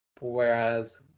whereas